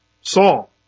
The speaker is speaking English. Saul